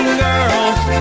girls